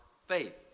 Faith